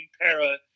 para